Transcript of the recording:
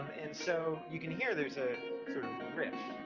and so you can hear there's a sort